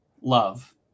love